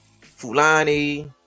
Fulani